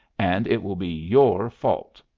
and it will be your fault!